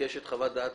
ביקש את חוות דעת